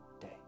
day